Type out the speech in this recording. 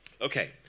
Okay